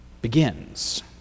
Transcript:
begins